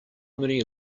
many